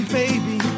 baby